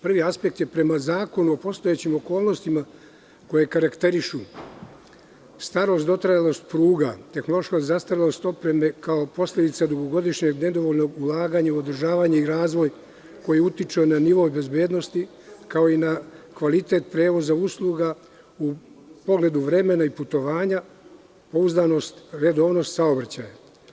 Prvi aspekt je prema zakonu o postojećim okolnostima, koje karakterišu: starost, dotrajalost pruga, tehnološka zastarelost opreme kao posledica dugogodišnjeg nedovoljnog ulaganja u održavanje i razvoj koji utiče na nivo bezbednosti, kao i na kvalitet prevoza usluga u pogledu vremena i putovanja, pouzdanost i redovnost saobraćaja.